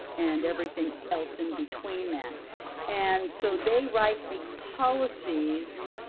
and everything else in between that and so they write these policies